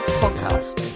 podcast